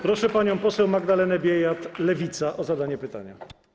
Proszę panią poseł Magdalenę Biejat, Lewica, o zadanie pytania.